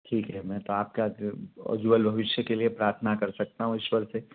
ठीक है मैं तो आपका जो उज्ज्वल भविष्य के लिए प्रार्थना कर सकता हूँ ईश्वर से